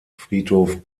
friedhof